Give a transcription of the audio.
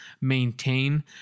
maintain